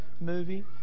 movie